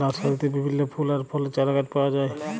লার্সারিতে বিভিল্য ফুল আর ফলের চারাগাছ পাওয়া যায়